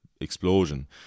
explosion